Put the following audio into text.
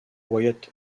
wyatt